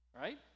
right